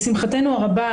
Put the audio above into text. לשמחתנו הרבה,